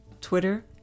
Twitter